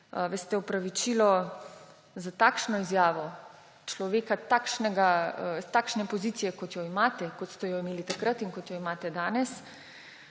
veste, opravičilo za takšno izjavo človeka takšne pozicije, kot jo imate, kot ste jo imeli takrat in kot jo imate danes,